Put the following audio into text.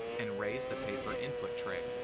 and raise the paper input tray.